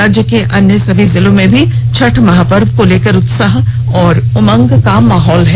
राज्य के अन्य समी जिलों में भी छठ महापर्व को लेकर उत्साह और उमंग का माहौल है